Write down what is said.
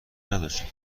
نداشته